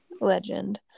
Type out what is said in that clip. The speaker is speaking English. Legend